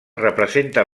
representa